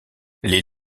les